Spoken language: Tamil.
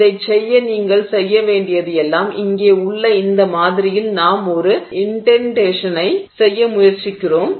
இதைச் செய்ய நீங்கள் செய்ய வேண்டியது எல்லாம் இங்கே உள்ள இந்த மாதிரியில் நாம் ஒரு இன்டென்டேஷனை செய்ய முயற்சிக்கிறோம்